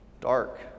dark